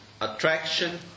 Attraction